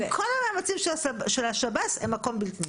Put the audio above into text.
עם כל המאמצים של השב"ס, הם מקום בלתי נסבל.